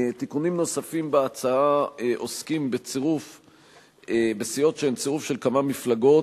תיקונים נוספים בהצעה עוסקים בסיעות שהן צירוף של כמה מפלגות,